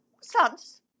sons